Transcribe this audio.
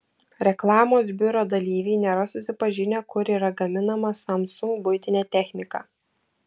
reklamos biuro dalyviai nėra susipažinę kur yra gaminama samsung buitinė technika